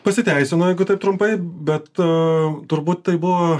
pasiteisino jeigu taip trumpai bet turbūt tai buvo